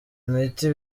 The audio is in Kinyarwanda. imiti